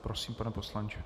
Prosím, pane poslanče.